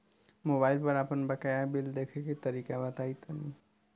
Mobile पर आपन बाकाया बिल देखे के तरीका बताईं तनि?